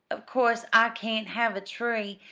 of course i can't have a tree,